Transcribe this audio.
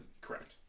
Correct